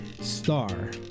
Star